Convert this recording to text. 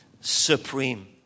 supreme